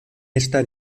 esta